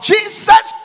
Jesus